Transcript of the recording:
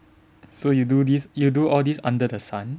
so you do this you do all these under the sun